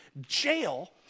jail